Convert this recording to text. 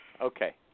Okay